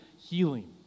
healing